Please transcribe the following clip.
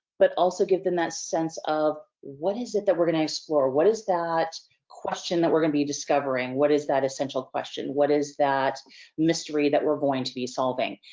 but also give them that sense of what is it that we're gonna explore? what is that question that we're gonna be discovering? what is that essential question? what is that mystery that we're going to be solving?